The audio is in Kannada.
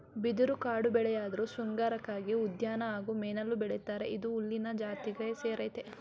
ಬಿದಿರು ಕಾಡುಬೆಳೆಯಾಧ್ರು ಶೃಂಗಾರಕ್ಕಾಗಿ ಉದ್ಯಾನ ಹಾಗೂ ಮನೆಲೂ ಬೆಳಿತರೆ ಇದು ಹುಲ್ಲಿನ ಜಾತಿಗೆ ಸೇರಯ್ತೆ